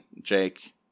Jake